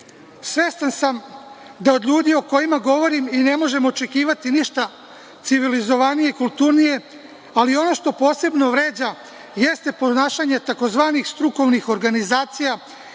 Svestan sam da od ljudi o kojima govorim i ne možemo očekivati ništa civilizovanije i kulturnije, ali ono što posebno vređa jeste ponašanje tzv. strukovnih organizacija,